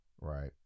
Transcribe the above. right